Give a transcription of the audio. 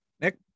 Nick